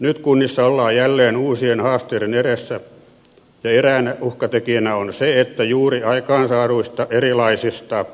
nyt kunnissa ollaan jälleen uusien haasteiden edessä ja eräänä uhkatekijänä on se että juuri aikaansaaduista erilaisista